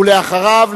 ואחריו,